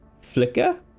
flicker